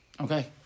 Okay